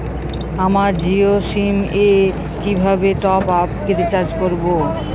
আমার জিও সিম এ কিভাবে টপ আপ রিচার্জ করবো?